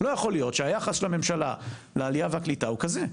לא יכול להיות שהיחס של הממשלה לעלייה ולקליטה הוא כזה.